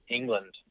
England